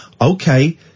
okay